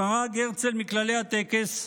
חרג הרצל מכללי הטקס,